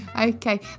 Okay